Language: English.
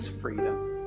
freedom